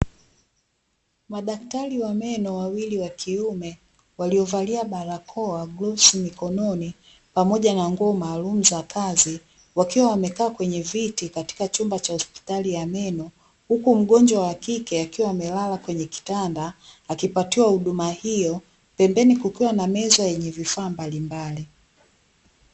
Madaktari wa meno wawili wa kiume, waliovalia barakoa glovu mikononi pamoja na nguo maalum za kazi wakiwa wamekaa kwenye viti katika chumba cha hospitali ya meno. Huku mgonjwa wa kike akiwa amelala kwenye kitanda akipatiwa huduma hiyo pembeni kukiwa na meza yenye vifaa mbalimbali.